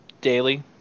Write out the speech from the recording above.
Daily